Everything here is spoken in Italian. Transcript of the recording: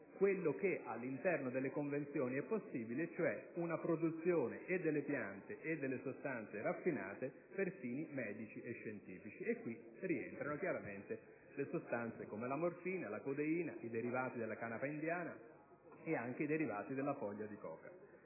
possibile all'interno delle convenzioni, e cioè una produzione sia delle piante che delle sostanze raffinate per fini medici e scientifici, tra i quali rientrano chiaramente sostanze come la morfina, la codeina ed i derivati della canapa indiana e della foglia di coca.